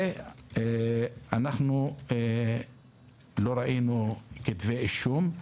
ואנחנו לא ראינו כתבי אישום.